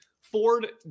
Ford